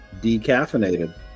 Decaffeinated